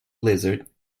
blizzard